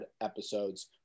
episodes